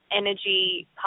energy